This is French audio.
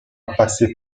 passé